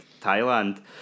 Thailand